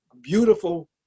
beautiful